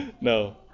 No